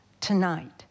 tonight